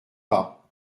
pas